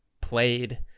played